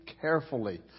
carefully